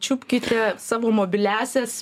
čiupkite savo mobiliąsias